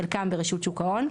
חלקם ברשות שוק ההון,